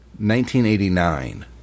1989